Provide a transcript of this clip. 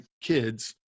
kids